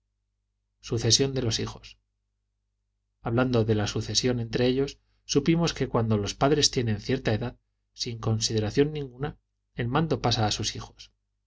sucesión de los hijos hablando de la sucesión entre ellos supimos que cuando los padres tienen cierta edad sin consideración ninguna el mando pasa a sus hijos